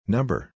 Number